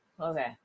Okay